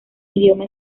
idioma